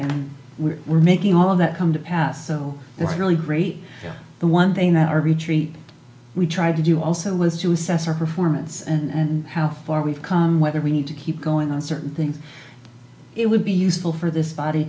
and we were making all of that come to pass so it's really great the one thing that our retreat we tried to do also was to assess our performance and how far we've come whether we need to keep going on certain things it would be useful for this body